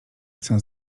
chcę